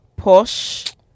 Porsche